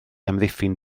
amddiffyn